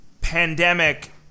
pandemic